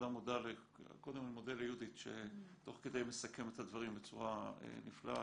אני מודה ליהודית שתוך כדי מסכמת את הדברים בצורה נפלאה,